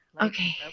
Okay